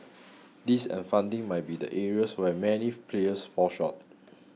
this and funding might be the areas where many players fall short